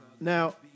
Now